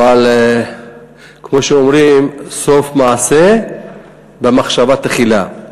אבל כמו שאומרים, סוף מעשה במחשבה תחילה.